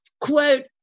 quote